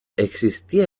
existía